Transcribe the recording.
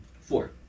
Four